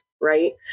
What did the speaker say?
right